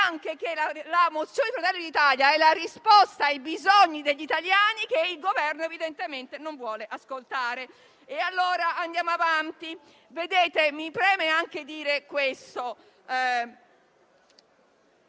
che la mozione di Fratelli d'Italia è la risposta ai bisogni degli italiani che il Governo, evidentemente, non vuole ascoltare.